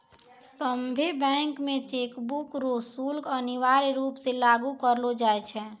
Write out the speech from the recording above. सभ्भे बैंक मे चेकबुक रो शुल्क अनिवार्य रूप से लागू करलो जाय छै